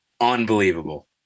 unbelievable